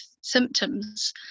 symptoms